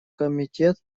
комитет